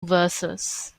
verses